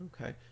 Okay